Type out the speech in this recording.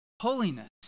holiness